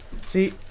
see